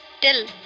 till